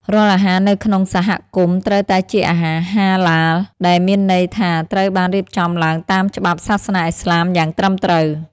រាល់អាហារនៅក្នុងសហគមន៍ត្រូវតែជាអាហារ "ហាឡាល" ដែលមានន័យថាត្រូវបានរៀបចំឡើងតាមច្បាប់សាសនាឥស្លាមយ៉ាងត្រឹមត្រូវ។